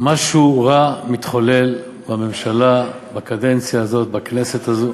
משהו רע מתחולל בממשלה בקדנציה הזאת, בכנסת הזאת.